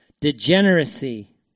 degeneracy